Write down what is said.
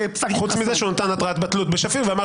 חוץ מזה שהוא נתן התראת בטלות בשפיר ואמר